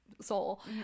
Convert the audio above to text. soul